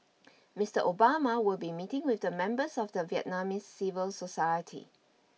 Mister Obama will be meeting with members of the Vietnamese civil society